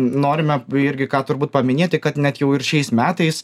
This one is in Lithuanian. norime irgi ką turbūt paminėti kad net jau ir šiais metais